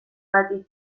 bati